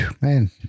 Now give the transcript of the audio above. Man